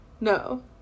no